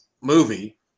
movie